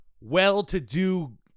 well-to-do